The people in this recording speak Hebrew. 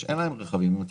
רכבים.